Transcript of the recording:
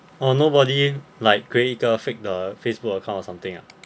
oh nobody like create 一个 fake 的 Facebook account or something ah